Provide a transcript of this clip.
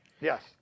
Yes